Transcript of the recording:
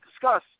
discuss